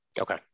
Okay